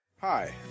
Hi